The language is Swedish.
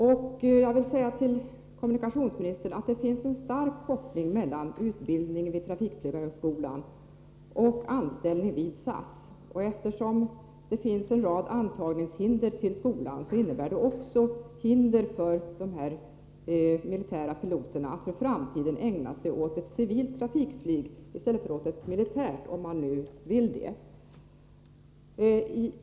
Det finns, kommunikationsministern, en stark koppling mellan utbildningen vid trafikflygarhögskolan och anställning vid SAS. Eftersom det förekommer en rad hinder för antagningen till skolan, innebär det också hinder för de militära piloterna att i framtiden ägna sig åt civilt trafikflyg i stället för åt ett militärt, om de nu vill det.